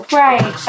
right